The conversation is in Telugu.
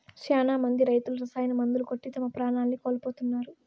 శ్యానా మంది రైతులు రసాయన మందులు కొట్టి తమ ప్రాణాల్ని కోల్పోతున్నారు